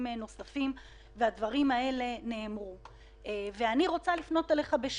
והדבר האחרון שאני רוצה לומר: